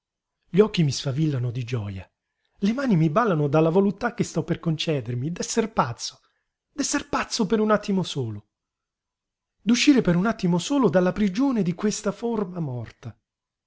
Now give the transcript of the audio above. gli occhi mi sfavillano di gioja le mani mi ballano dalla voluttà che sto per concedermi d'esser pazzo d'esser pazzo per un attimo solo d'uscire per un attimo solo dalla prigione di questa forma morta